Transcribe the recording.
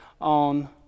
on